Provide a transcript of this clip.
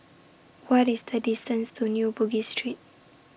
What IS The distance to New Bugis Street